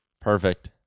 Perfect